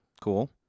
Cool